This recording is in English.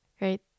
right